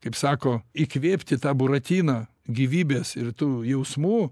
kaip sako įkvėpti tą buratiną gyvybės ir tų jausmų